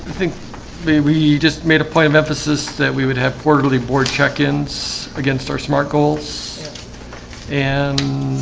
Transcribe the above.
think we we just made a play of emphasis that we would have quarterly board check-ins against our smart goals and